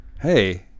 hey